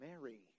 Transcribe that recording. Mary